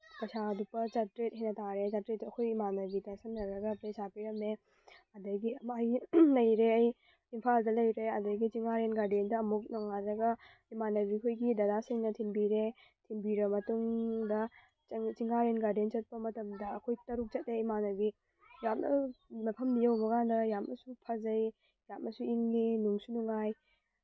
ꯄꯩꯁꯥ ꯂꯨꯄꯥ ꯆꯇꯔꯦꯠ ꯍꯦꯟꯅ ꯇꯥꯔꯦ ꯆꯇꯔꯦꯠꯇꯨ ꯑꯩꯈꯣꯏ ꯏꯃꯥꯟꯅꯕꯤ ꯇꯥꯁꯤꯟꯅꯔꯒ ꯄꯩꯁꯥ ꯄꯤꯔꯝꯃꯦ ꯑꯗꯒꯤ ꯑꯃ ꯑꯩ ꯂꯩꯔꯦ ꯑꯩ ꯏꯝꯐꯥꯜꯗ ꯂꯩꯔꯦ ꯑꯗꯒꯤ ꯆꯤꯡꯉꯥꯔꯦꯜ ꯒꯥꯔꯗꯦꯟꯗ ꯑꯃꯨꯛ ꯅꯣꯡꯉꯥꯜꯂꯒ ꯏꯃꯥꯟꯅꯕꯤꯈꯣꯏꯒꯤ ꯗꯗꯥꯁꯤꯡꯅ ꯊꯤꯟꯕꯤꯔꯦ ꯊꯤꯟꯕꯤꯔ ꯃꯇꯨꯡꯗ ꯆꯤꯡꯉꯥꯔꯦꯜ ꯒꯥꯔꯗꯦꯟ ꯆꯠꯄ ꯃꯇꯝꯗ ꯑꯩꯈꯣꯏ ꯇꯔꯨꯛ ꯆꯠꯂꯦ ꯏꯃꯥꯟꯅꯕꯤ ꯌꯥꯝꯅ ꯃꯐꯝꯗꯨ ꯌꯧꯕ ꯀꯥꯟꯗ ꯌꯥꯝꯅꯁꯨ ꯐꯖꯩ ꯌꯥꯝꯅꯁꯨ ꯏꯪꯏ ꯅꯨꯡꯁꯨ ꯅꯨꯡꯉꯥꯏ